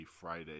Friday